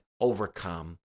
overcome